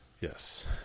Yes